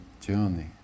journey